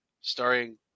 starring